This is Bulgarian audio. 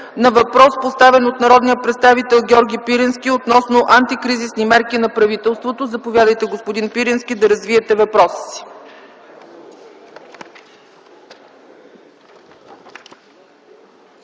на въпрос, поставен от народния представител Георги Пирински относно антикризисни мерки на правителството. Заповядайте, господин Пирински, да развиете въпроса си.